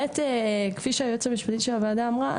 כפי שהיועצת המשפטית של הוועדה אמרה,